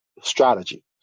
strategy